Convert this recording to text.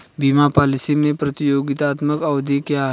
बीमा पॉलिसी में प्रतियोगात्मक अवधि क्या है?